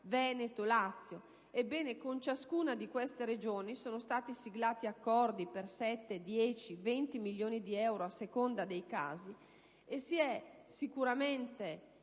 Veneto, Lazio), con ciascuna delle quali sono stati siglati accordi per 7, 10 o 20 milioni di euro, a seconda dei casi, e si è sicuramente